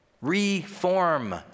Reform